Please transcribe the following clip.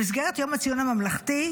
במסגרת יום הציון הממלכתי,